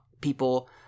people